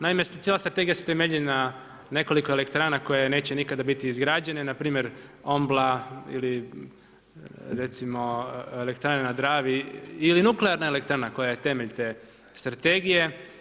Naime cijela strategija se temelji na nekoliko elektrana koje neće nikada biti izgrađene, npr. Ombla ili elektrana na Dravi ili nuklearna elektrana koja je temelj te strategije.